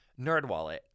NerdWallet